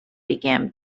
began